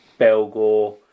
Belgor